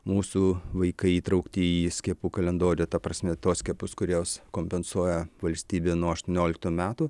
mūsų vaikai įtraukti į skiepų kalendorių ta prasme tuos skiepus kuriuos kompensuoja valstybė nuo aštuonioliktų metų